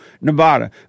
Nevada